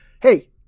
hey